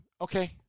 okay